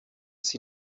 sie